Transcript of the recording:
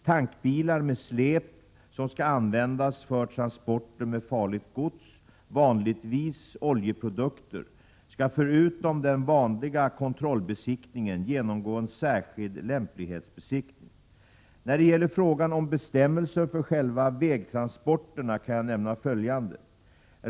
Tankbilar med släp som skall användas för transporter med farligt gods, vanligtvis oljeprodukter, skall förutom den vanliga kontrollbesiktningen genomgå en särskild lämplighetsbesiktning. När det gäller frågan om bestämmelser för själva vägtransporterna kan jag nämna följande.